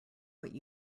what